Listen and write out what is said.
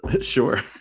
Sure